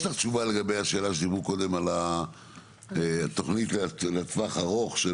יש לך תשובה לגבי השאלה שדיברו קודם על התוכנית לטווח הארוך?